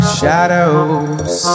shadows